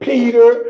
Peter